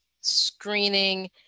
Screening